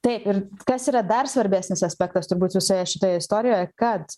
taip ir kas yra dar svarbesnis aspektas turbūt visoje šitoje istorijoje kad